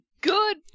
good